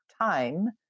time